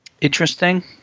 Interesting